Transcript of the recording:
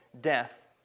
death